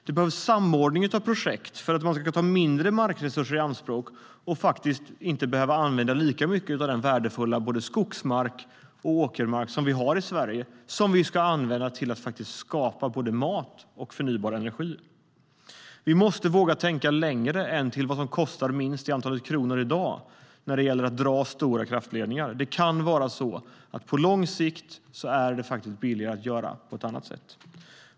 Det behövs samordning av projekt för att man ska ta mindre markresurser i anspråk och inte behöva använda lika mycket av den värdefulla skogsmark och åkermark som vi har i Sverige och som vi ska använda till att faktiskt skapa både mat och förnybar energi. Vi måste våga tänka längre än till vad som kostar minst i antal kronor i dag när det gäller att dra stora kraftledningar. På lång sikt kan det faktiskt vara billigare att göra på ett annat sätt.